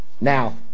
Now